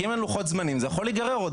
כי אם אין לוחות זמנים זה יכול להיגרר עוד